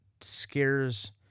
scares